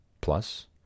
plus